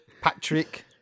Patrick